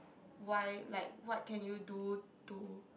why like what can you do to